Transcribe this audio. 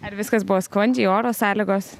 ar viskas buvo sklandžiai oro sąlygos